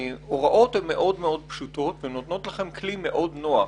ההוראות הן מאוד פשוטות ונותנות לכם כלי מאוד נוח.